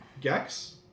Gex